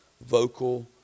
vocal